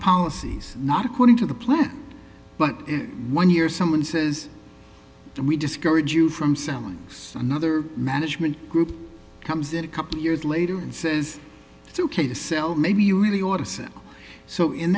policies not according to the plan but one year someone says we discourage you from selling us another management group comes in a couple of years later and says it's ok to sell maybe you really ought to say so in